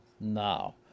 Now